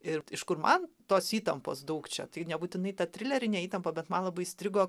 ir iš kur man tos įtampos daug čia tai nebūtinai ta trilerinė įtampa bet man labai įstrigo